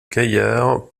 gaillard